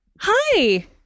Hi